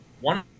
One